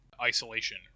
isolation